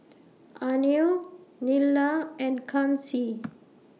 Anil Neila and Kanshi